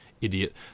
Idiot